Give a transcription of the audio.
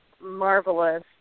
marvelous